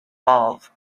valve